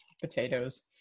potatoes